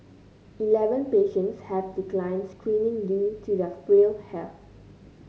eleven patients have declined screening due to their frail health